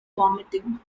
vomiting